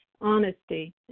honesty